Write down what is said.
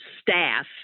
staff